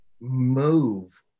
Move